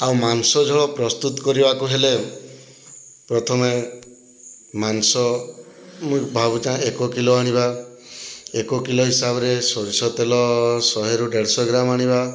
ଆଉ ମାଂସଝୋଳ ପ୍ରସ୍ତୁତ କରିବାକୁ ହେଲେ ପ୍ରଥମେ ମାଂସ ମୁଁ ଭାବୁଥାଏ ଏକକିଲୋ ଆଣିବା ଏକକିଲୋ ହିସାବରେ ସୋରିଷତେଲ ଶହେରୁ ଦେଢ଼ଶ ଗ୍ରାମ ଆଣିବା